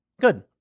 good